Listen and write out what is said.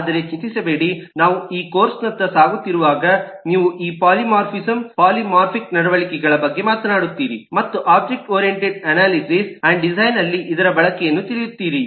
ಆದರೆ ಚಿಂತಿಸಬೇಡಿ ನಾವು ಈ ಕೋರ್ಸ್ನತ್ತ ಸಾಗುತ್ತಿರುವಾಗ ನೀವು ಈ ಪಾಲಿಮಾರ್ಫಿಸಂ ಪಾಲಿಮಾರ್ಪಿಕ್ ನಡವಳಿಕೆಗಳ ಬಗ್ಗೆ ಮಾತನಾಡುತ್ತೀರಿ ಮತ್ತು object oriented analysis and design ಅಲ್ಲಿ ಇದರ ಬಳಕೆಯನ್ನು ತಿಳಿಯುತ್ತೀರಿ